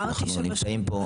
אנחנו נמצאים פה.